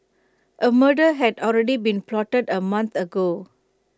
A murder had already been plotted A month ago